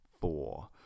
four